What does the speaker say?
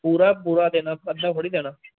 पूरा पूरा देना अद्धा थोह्ड़ी देना